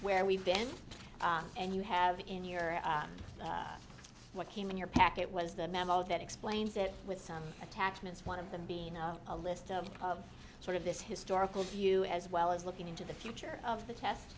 where we've been and you have in your what came in your packet was the memo that explains it with some attachments one of them being a list of sort of this historical view as well as looking into the future of the test